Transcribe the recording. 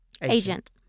agent